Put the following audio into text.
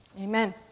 amen